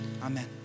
Amen